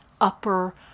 upper